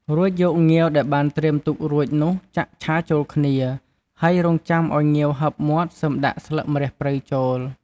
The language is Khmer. រួចយកងាវដែលបានត្រៀមទុករួចនោះចាក់ឆាចូលគ្នា ហើយរងចាំអោយងាវហើបមាត់សឹមដាក់ស្លឹកម្រះព្រៅចូល។